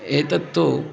एतत्तु